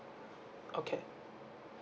okay